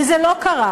וזה לא קרה.